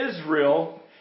Israel